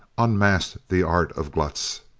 unmasked the art of glutz.